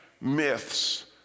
myths